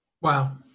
Wow